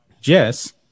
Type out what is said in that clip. Jess